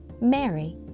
Mary